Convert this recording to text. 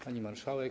Pani Marszałek!